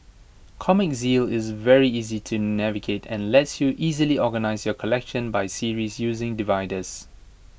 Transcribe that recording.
Comic Zeal is very easy to navigate and lets you easily organise your collection by series using dividers